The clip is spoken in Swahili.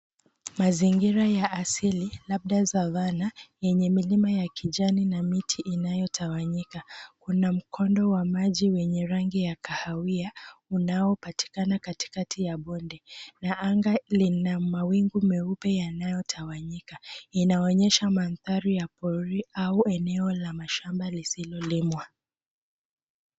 Mazingira ya asili, labda savana, yenye milima ya kijani na miti inayotawanyika. Kuna mkondo wa maji wenye rangi ya kahawia, unaopatikana katikati ya bonde na anga lina mawingu meupe yanayotawanyika. Inaonyesha manthari ya pori au eneo la mashamba lisilolimwa.